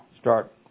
start